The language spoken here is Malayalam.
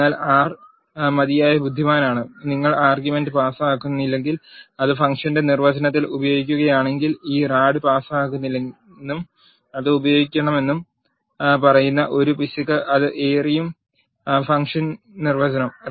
എന്നാൽ ആർ മതിയായ ബുദ്ധിമാനാണ് നിങ്ങൾ ആർഗ്യുമെൻറ് പാസാക്കുന്നില്ലെങ്കിൽ അത് ഫംഗ്ഷന്റെ നിർ വ്വചനത്തിൽ ഉപയോഗിക്കുകയാണെങ്കിൽ ഈ റാഡ് പാസാക്കുന്നില്ലെന്നും അത് ഉപയോഗിക്കുമെന്നും പറയുന്ന ഒരു പിശക് അത് എറിയും ഫംഗ്ഷൻ നിർവചനം